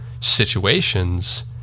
situations